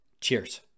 Cheers